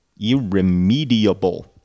irremediable